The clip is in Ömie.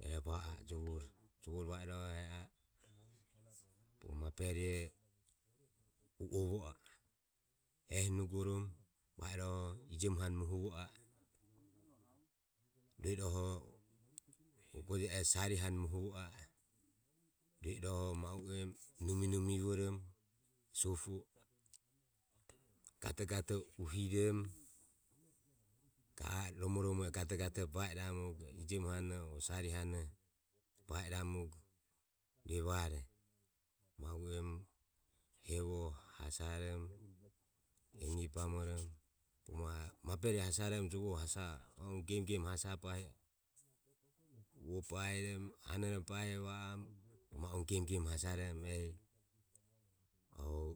E va a e jovore jovore va iroho e a e bogo maberoho u ovo a e ehi nugoromo va irohoho ijemu hane muhuvo a e rue iroho bogo je oho sari hane muhuvo a e rue iroho ma u emu numi numi voromo sopu o gato gatoho uhiromo ga a e romo romore gatogatoho ba iramugo ijemu hanoho o sari hanoho ba iramu go evare ma u emu hevoho hasaromo enire bamoromo e a e bogo maberoho hasa a e gemu gemu hasaromo bahi va oromo ma u emu gemu genu hasaromo rohu